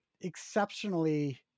exceptionally